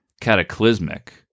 cataclysmic